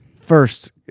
first